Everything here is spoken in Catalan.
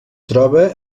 troba